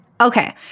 Okay